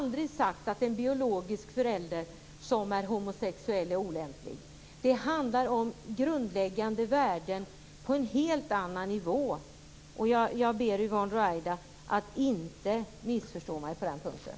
Vidare har jag aldrig sagt att en biologisk förälder som är homosexuell är olämplig. Det handlar i stället om grundläggande värden på en helt annan nivå. Jag ber Yvonne Ruwaida att inte missförstå mig på den punkten.